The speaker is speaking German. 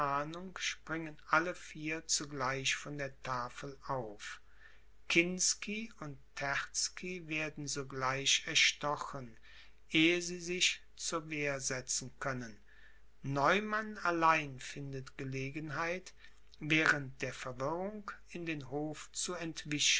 springen alle vier zugleich von der tafel auf kinsky und terzky werden sogleich erstochen ehe sie sich zur wehr setzen können neumann allein findet gelegenheit während der verwirrung in den hof zu entwischen